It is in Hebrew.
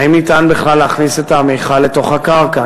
האם אפשר בכלל להכניס את המכל לתוך הקרקע,